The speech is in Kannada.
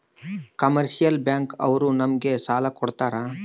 ಕಮರ್ಷಿಯಲ್ ಬ್ಯಾಂಕ್ ಅವ್ರು ನಮ್ಗೆ ಸಾಲ ಕೊಡ್ತಾರ